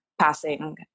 passing